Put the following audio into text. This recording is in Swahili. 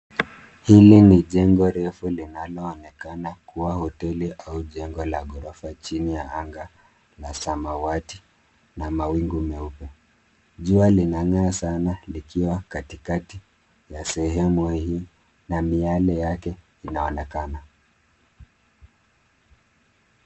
Hili ni jengo refu linaloonekana kuwa hoteli au jengo la ghorofa chini ya anga la samawati na mawingu meupe, jua linang'aa sana likiwa katikati ya sehemu hii na miale yake inaonekana.